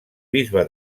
bisbe